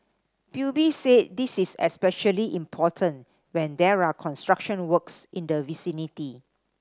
P U B said this is especially important when there are construction works in the vicinity